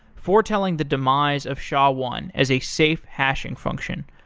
foretelling the demise of sha one as a safe hashing function.